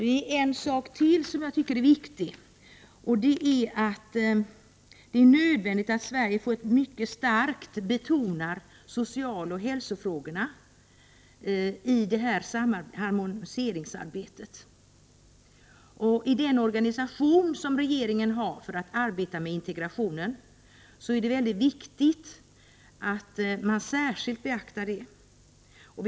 Det är en sak till som jag tycker är viktig, nämligen att det är nödvändigt att Sverige mycket starkt betonar socialoch hälsofrågorna i harmoniseringsarbetet. När regeringen arbetar med integrationen är det väldigt viktigt att man särskilt beaktar detta.